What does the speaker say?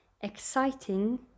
exciting